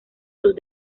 sus